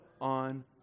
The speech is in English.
on